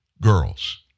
girls